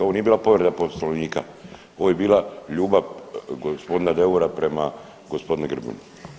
Ovo nije bila povreda Poslovnika, ovo je bila ljubav gospodina Deura prema gospodinu Grbinu.